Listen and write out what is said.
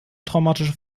traumatische